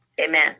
Amen